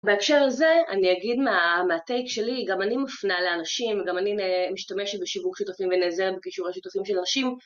בהקשר לזה, אני אגיד מהטייק שלי, גם אני מופנה לאנשים, גם אני משתמשת בשיווק שותפים ונעזר בקישור השותפים של אנשים.